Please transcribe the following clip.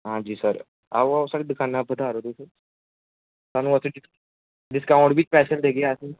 आं जी सर आओ आओ सर इक्क बारी दुकानै र पधारो सर थाह्नूं अस डिस्काऊंट बी पैसे बी देगे अस